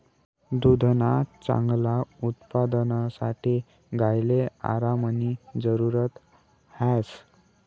दुधना चांगला उत्पादनसाठे गायले आरामनी जरुरत ह्रास